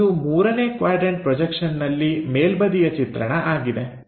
ಇದು ಮೂರನೇ quadrant projection ನಲ್ಲಿ ಮೇಲ್ಬದಿಯ ಚಿತ್ರಣ ಆಗಿದೆ